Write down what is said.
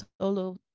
solo